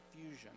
fusion